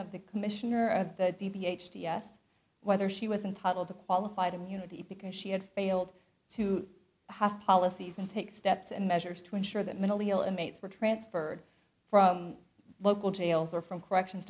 of the commissioner of the d p h t s whether she was entitled to qualified immunity because she had failed to have policies and take steps and measures to ensure that mentally ill inmates were transferred from local jails or from corrections